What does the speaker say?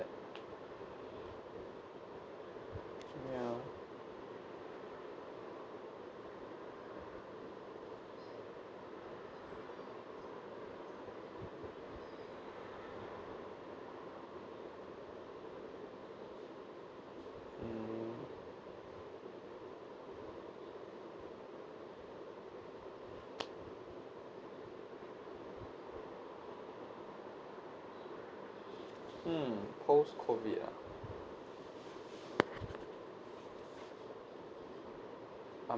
ya mm hmm post-COVID ah